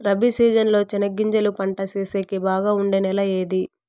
Rabi season లో చెనగగింజలు పంట సేసేకి బాగా ఉండే నెల ఏది?